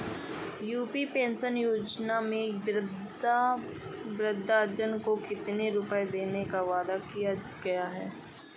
UP pension योजना में वृद्धजन को कितनी रूपये देने का वादा किया गया है?